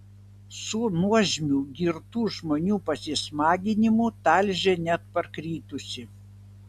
su nuožmiu girtų žmonių pasismaginimu talžė net parkritusį